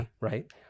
right